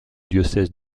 diocèse